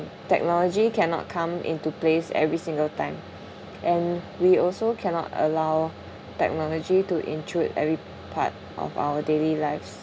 technology cannot come into place every single time and we also cannot allow technology to intrude every part of our daily lives